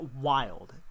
wild